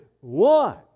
one